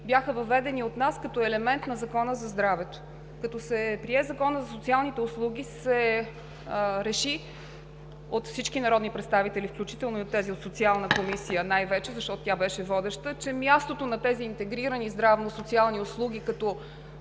бяха въведени от нас като елемент на Закона за здравето. Когато се прие Законът за социалните услуги, се реши от всички народни представители, включително и най-вече на тези от Социалната комисия, защото беше водеща, че мястото на тези интегрирани здравно-социални услуги като